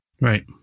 right